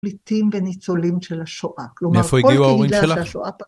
פליטים וניצולים של השואה. -מאיפה הגיעו ההורים שלך?